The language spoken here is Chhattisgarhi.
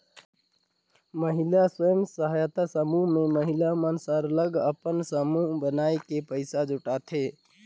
महिला स्व सहायता समूह में महिला मन सरलग अपन समूह बनाए के पइसा जुटाथें